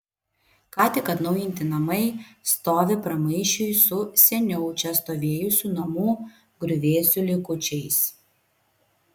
ką tik atnaujinti namai stovi pramaišiui su seniau čia stovėjusių namų griuvėsių likučiais